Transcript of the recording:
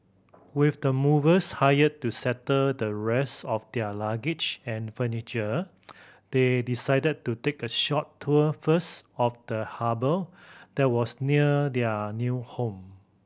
with the movers hired to settle the rest of their luggage and furniture they decided to take a short tour first of the harbour that was near their new home